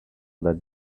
that